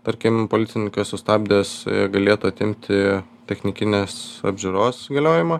tarkim policininkas sustabdęs galėtų atimti technikinės apžiūros galiojimą